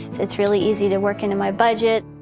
it's really easy to work into my budget.